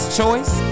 choice